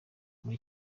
muri